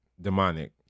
demonic